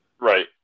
right